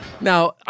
Now